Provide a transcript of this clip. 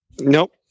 Nope